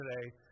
today